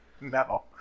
no